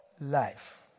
life